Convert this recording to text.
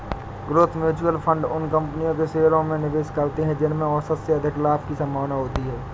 growth mutual fund उन कंपनियों के शेयरों में निवेश करते हैं जिनमें औसत से अधिक लाभ की संभावना होती है